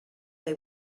they